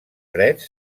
freds